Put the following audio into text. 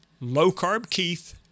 lowcarbkeith